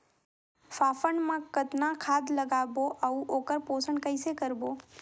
फाफण मा कतना खाद लगाबो अउ ओकर पोषण कइसे करबो?